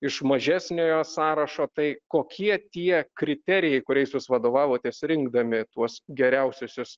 iš mažesniojo sąrašo tai kokie tie kriterijai kuriais jūs vadovavotės rinkdami tuos geriausiusius